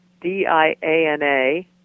D-I-A-N-A